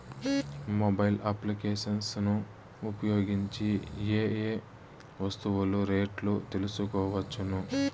Mobile applications ను ఉపయోగించి ఏ ఏ వస్తువులు రేట్లు తెలుసుకోవచ్చును?